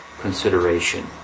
consideration